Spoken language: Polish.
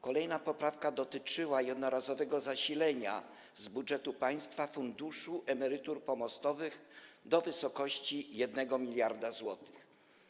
Kolejna poprawka dotyczyła jednorazowego zasilenia z budżetu państwa Funduszu Emerytur Pomostowych do wysokości 1 mld zł.